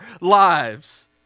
lives